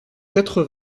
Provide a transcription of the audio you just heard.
quatre